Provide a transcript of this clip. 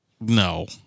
No